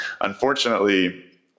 unfortunately